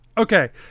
Okay